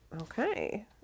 okay